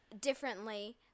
differently